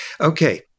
Okay